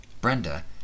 Brenda